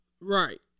Right